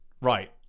Right